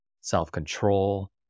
self-control